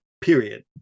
period